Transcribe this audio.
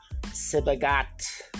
Sibagat